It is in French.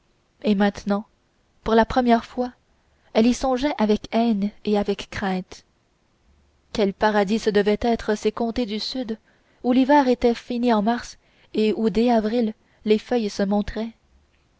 et maintenant pour la première fois elle y songeait avec haine et avec crainte quels paradis ce devaient être ces contrées du sud où l'hiver était fini en mars et où dès avril les feuilles se montraient